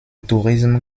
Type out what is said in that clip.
tourisme